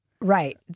Right